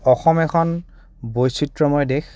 অসম এখন বৈচিত্ৰময় দেশ